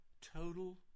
total